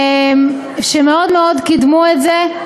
הם מאוד מאוד קידמו את זה.